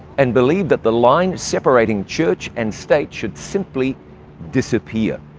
and believed that the line separating church and state should simply disappear.